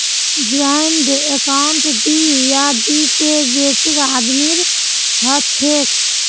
joint account दी या दी से बेसी आदमीर हछेक